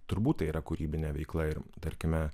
turbūt tai yra kūrybinė veikla ir tarkime